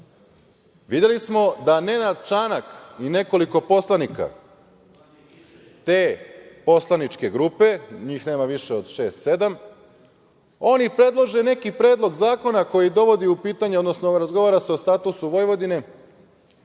važno. Videli smo da Nenad Čanak i nekoliko poslanika te poslaničke grupe, njih nema više od šest, sedam, oni predlože neki predlog zakona koji dovodi u pitanje, odnosno razgovara se o statusu Vojvodine